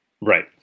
Right